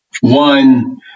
one